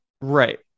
right